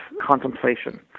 contemplation